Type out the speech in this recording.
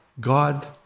God